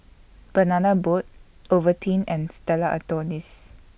Banana Boat Ovaltine and Stella Artois